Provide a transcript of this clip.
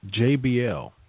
JBL